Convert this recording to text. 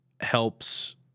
helps